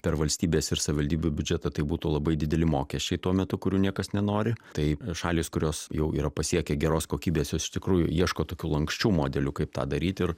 per valstybės ir savivaldybių biudžetą tai būtų labai dideli mokesčiai tuo metu kurių niekas nenori tai šalys kurios jau yra pasiekė geros kokybės jos iš tikrųjų ieško tokių lanksčių modelių kaip tą daryt ir